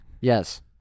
Yes